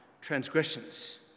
transgressions